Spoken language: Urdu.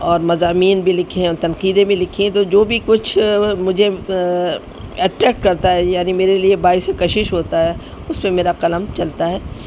اور مضامین بھی لکھے ہیں اور تنقیدیں بھی لکھییں تو جو بھی کچھ مجھے اٹریکٹ کرتا ہے یعنی میرے لیے باعث کشش ہوتا ہے اس پہ میرا قلم چلتا ہے